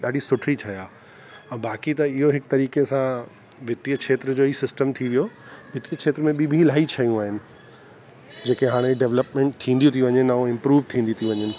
ऐं ॾाढी सुठड़ी शइ आहे ऐं बाक़ी त इहो हिक तरीक़े सां वित्तीय खेत्र जो ई सिस्टम थी वियो वितकी क्षेत्र में बि बि इलाही शयूं आहिनि जेके हाणे डेवलपमेंट थींदियूं थी वञे ऐं इंप्रूव थींदियूं थी वञनि